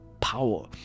power